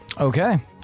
Okay